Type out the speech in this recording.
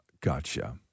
Gotcha